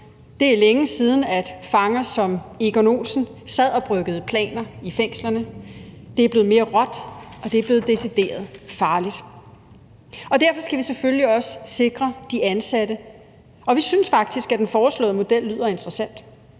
Det er længe siden, at fanger som Egon Olsen sad og bryggede planer i fængslerne, det er blevet mere råt, og det er blevet decideret farligt. Derfor skal vi selvfølgelig også sikre de ansatte, og vi synes faktisk, at den foreslåede model lyder interessant,